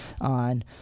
on